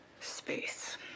space